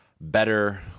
better